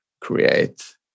create